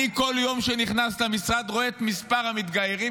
בכל יום שאני נכנס למשרד אני רואה את מספר המתגיירים,